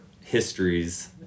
histories